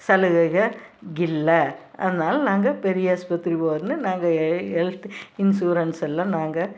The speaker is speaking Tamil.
சலுகைகள் இல்லை அதனால நாங்கள் பெரியாஸ்பத்திரி போறோம்னு நாங்கள் ஹெல்த் இன்சூரன்ஸ் எல்லாம் நாங்கள்